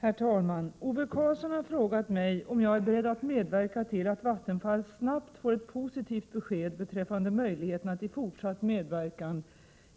Herr talman! Ove Karlsson har frågat mig om jag är beredd att medverka till att Vattenfall snabbt får ett positivt besked beträffande möjligheterna till fortsatt medverkan